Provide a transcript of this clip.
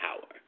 power